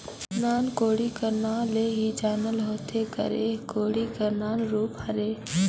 नान कोड़ी कर नाव ले ही जानल होथे कर एह कोड़ी कर नान रूप हरे